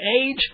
age